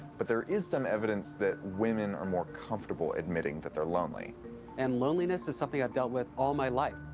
but there is some evidence that women are more comfortable admitting that they're lonely. alex and loneliness is something i've dealt with all my life.